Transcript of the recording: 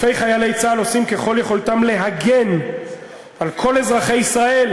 אלפי חיילי צה"ל עושים ככל יכולתם להגן על כל אזרחי ישראל,